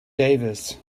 davis